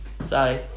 sorry